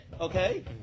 okay